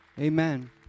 Amen